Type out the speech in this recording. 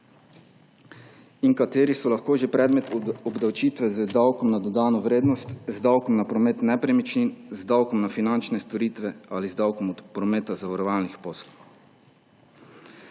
ki so lahko že predmet obdavčitve z davkom na dodano vrednost, z davkom na promet nepremičnin, z davkom na finančne storitve ali z davkom od prometa zavarovalnih poslov.